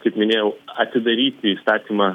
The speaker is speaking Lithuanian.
kaip minėjau atidaryti įstatymą